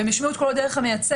והם ישמעו הכול דרך המייצג,